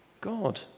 God